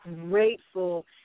grateful